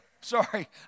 Sorry